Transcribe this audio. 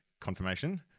Confirmation